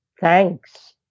thanks